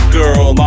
girl